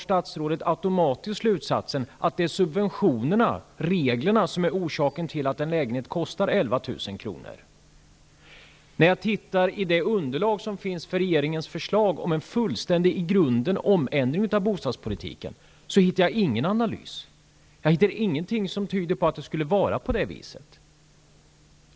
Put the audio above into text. Statsrådet drar automatiskt slutsatsen att det är subventionerna, reglerna, som är orsaken till att en trerumslägenhet kostar 11 000 När jag ser på underlaget för regeringens förslag om en fullständig förändring av bostadspolitiken, hittar jag ingen analys, ingenting som tyder på att det skulle vara på det där viset.